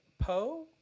Poe